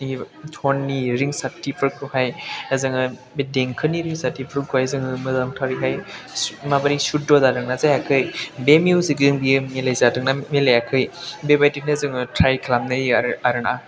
ट'ननि रिंसारथिफोरखौहाय जोङो बे देंखोनि रिंसारथिफोरखौहाय जोङो मोजांथारैहाय माबायदि सुद्ध' जादों ना जायाखै बे मिउजिकजों बेयो मिलाय जादों ना मिलायाखै बेबायदिनो जोङो ट्राइ खालामना नायो आरोना